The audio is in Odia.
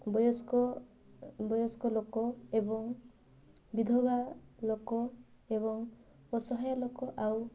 ବୟସ୍କ ବୟସ୍କ ଲୋକ ଏବଂ ବିଧବା ଲୋକ ଏବଂ ଅସହାୟ ଲୋକ ଆଉ